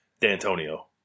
D'Antonio